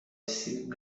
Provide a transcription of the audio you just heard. سیب